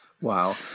Wow